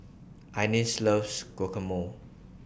Ines loves Guacamole